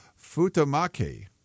Futamaki